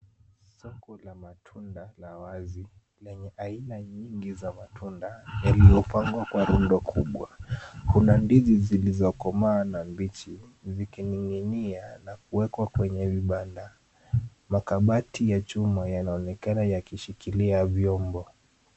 Soko la matunda la wazi lenye aina nyingi za matunda yaliyopangwa kwa rundo kubwa. Kuna ndizi zilizokomaa na mbichi zikining'inia na kuwekwa kwenye vibanda. Makabati ya chuma yanaonekana yakishikilia vyombo.